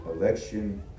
election